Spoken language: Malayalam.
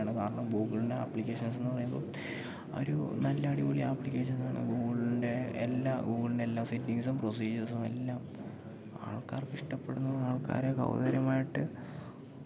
കാരണം ഗൂഗിളിൻ്റെ അപ്ലിക്കേഷൻസെന്നു പറയുമ്പോൾ ഒരു നല്ലടിപൊളി ആപ്ലിക്കേഷൻസാണ് ഗൂഗിളിൻ്റെ എല്ലാ ഗൂഗിളിൻ്റെ എല്ലാ സെറ്റിങ്ങ്സും പ്രോസിജിയേഴ്സും എല്ലാം ആൾക്കാർക്കിഷ്ടപ്പെടുന്നത് ആൾക്കാർ കൗതുകകരമായിട്ട്